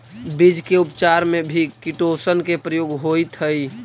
बीज के उपचार में भी किटोशन के प्रयोग होइत हई